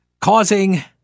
causing